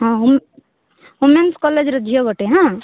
ହଁ um womens କଲେଜର ଝିଅ ଗୋଟେ ହାଁ